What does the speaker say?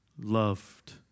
loved